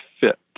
fit